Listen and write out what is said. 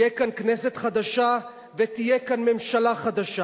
תהיה כאן כנסת חדשה ותהיה כאן ממשלה חדשה,